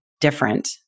different